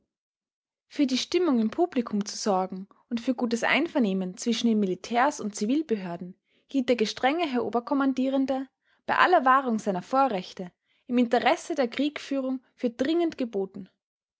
für die stimmung im publikum zu sorgen und für gutes einvernehmen zwischen den militärs und zivilbehörden hielt der gestrenge herr oberkommandierende bei aller wahrung seiner vorrechte im interesse der kriegführung für dringend geboten